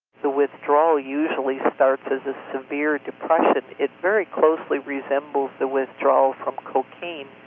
the withdrawal usually starts as a severe depression. it very closely resembles the withdrawal from cocaine.